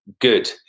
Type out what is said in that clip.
good